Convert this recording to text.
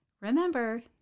remember